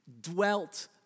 Dwelt